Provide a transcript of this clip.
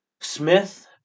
Smith